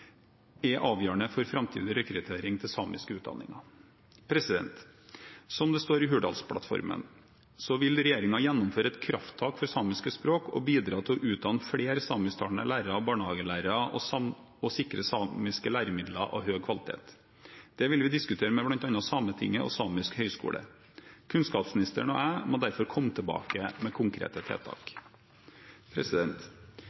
er avgjørende for framtidig rekruttering til samiske utdanninger. Som det står i Hurdalsplattformen, vil regjeringen gjennomføre et krafttak for samisk språk og bidra til å utdanne flere samisktalende lærere og barnehagelærere og sikre samiske læremidler av høy kvalitet. Dette vil vi diskutere med bl.a. Sametinget og Samisk høgskole. Kunnskapsministeren og jeg må derfor komme tilbake med konkrete